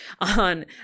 on